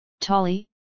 tolly